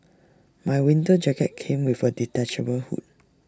my winter jacket came with A detachable hood